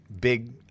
big